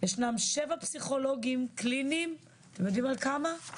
ישנם שבע פסיכולוגים קליניים, אתם יודעים על כמה?